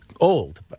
old